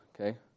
okay